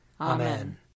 Amen